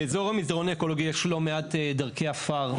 באזור המסדרון האקולוגי יש לא מעט דרכי עפר,